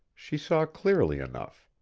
she saw clearly enough.